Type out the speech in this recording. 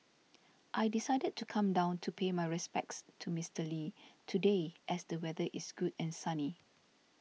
I decided to come down to pay my respects to Mister Lee today as the weather is good and sunny